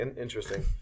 Interesting